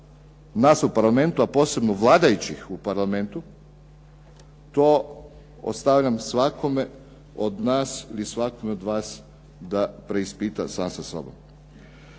nas u parlamentu a posebno vladajućih u parlamentu, to ostavljam svakome od nas ili svakome od vas da preispita sam sa sobom.